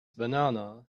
banana